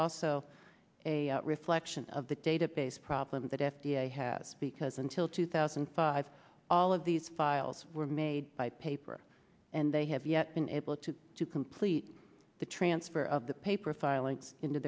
also a reflection of the database problem that f d a has because until two thousand and five all of these files were made by paper and they have yet been able to to complete the transfer of the paper filings into